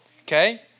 Okay